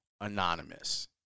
anonymous